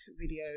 video